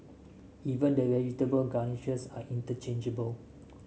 even the vegetable garnishes are interchangeable